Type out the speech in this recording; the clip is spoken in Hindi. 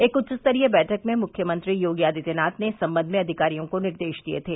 एक उच्च स्तरीय बैठक में मुख्यमंत्री योगी आदित्यनाथ ने इस संबंध में अधिकारियों को निर्देश दिये थे